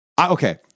okay